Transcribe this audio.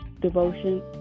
devotion